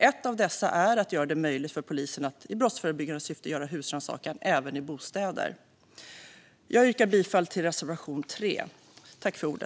Ett av dessa är att göra det möjligt för polisen att i brottsförebyggande syfte göra husrannsakan även i bostäder. Jag yrkar bifall till reservation 3.